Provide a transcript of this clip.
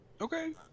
Okay